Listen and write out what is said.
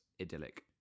idyllic